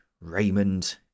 Raymond